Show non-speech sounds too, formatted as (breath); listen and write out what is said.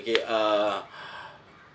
okay uh (breath)